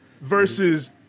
versus